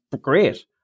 great